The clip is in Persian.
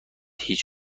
هیچ